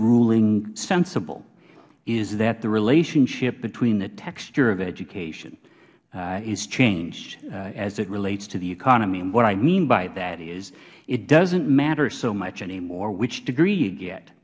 ruling sensible is that the relationship between the texture of education is changed as it relates to the economy and what i mean by that is it doesn't matter so much anymore which degree y